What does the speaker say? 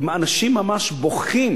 אנשים ממש בוכים